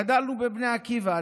אני ואתה גדלנו בבני עקיבא,